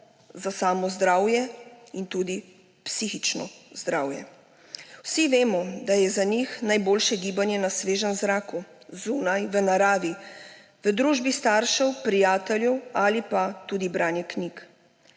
za samo zdravje in tudi psihično zdravje. Vsi vemo, da je za njih najboljše gibanje na svežem zraku, zunaj, v naravi, v družbi staršev, prijateljev ali pa tudi branje knjig.